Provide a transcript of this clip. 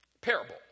Parable